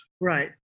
right